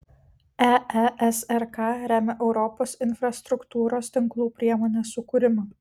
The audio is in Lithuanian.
eesrk remia europos infrastruktūros tinklų priemonės sukūrimą